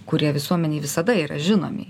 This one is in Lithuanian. kurie visuomenei visada yra žinomi